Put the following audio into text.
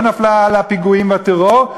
לא נפלה על הפיגועים והטרור,